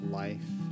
life